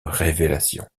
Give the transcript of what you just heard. révélation